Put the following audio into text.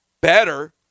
better